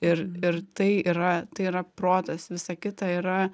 ir ir tai yra tai yra protas visa kita yra